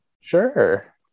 Sure